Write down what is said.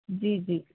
जी जी